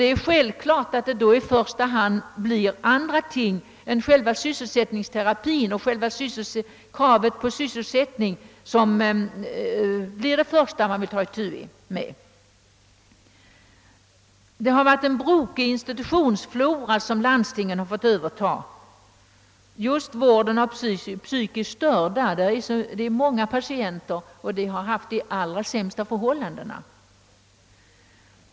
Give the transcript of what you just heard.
Det är självklart att det då blir andra ting än själva sysselsättningsterapin och kraven på sysselsättning som man först måste ta itu med. Landstingen har fått överta en brokig institutionsflora. Just inom vården av psykiskt utvecklingsstörda har patienterna ofta haft det allra sämst ordnat.